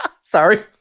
Sorry